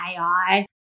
AI